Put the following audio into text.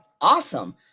awesome